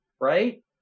right